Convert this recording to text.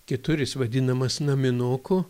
kitur jis vadinamas naminuku